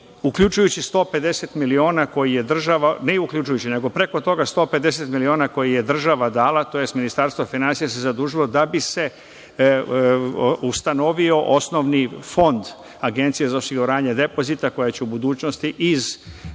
preko toga 150 miliona kojih je država dala tj. Ministarstvo finansija se zadužilo da bi se ustanovio osnovni fond Agencije za osiguranje depozita koja će u budućnosti iz